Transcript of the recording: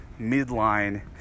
midline